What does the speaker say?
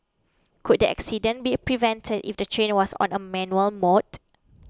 could the accident be prevented if the train was on a manual mode